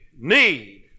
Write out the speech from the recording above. need